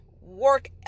work